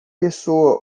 pessoa